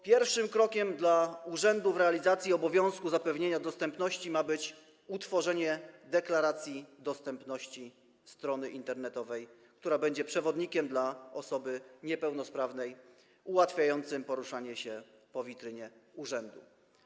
Pierwszym krokiem dla urzędu w realizacji obowiązku zapewnienia dostępności ma być utworzenie deklaracji dostępności strony internetowej, która będzie przewodnikiem dla osoby niepełnosprawnej ułatwiającym poruszanie się po witrynie urzędu.